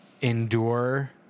endure